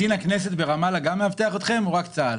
קצין הכנסת ברמאללה גם אבטח אתכם או רק צה"ל?